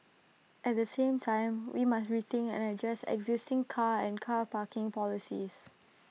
at the same time we must rethink and adjust existing car and car parking policies